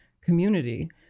community